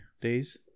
days